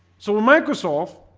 so with microsoft